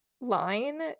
line